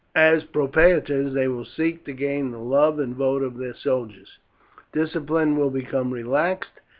as propraetors they will seek to gain the love and vote of their soldiers discipline will become relaxed,